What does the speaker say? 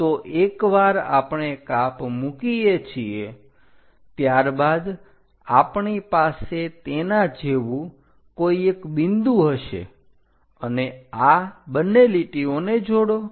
તો એકવાર આપણે કાપ મૂકીએ છીએ ત્યારબાદ આપણી પાસે તેના જેવું કોઈ એક બિંદુ હશે અને આ બંને લીટીઓને જોડો